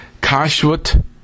Kashrut